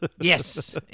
Yes